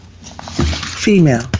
female